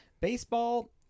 Baseball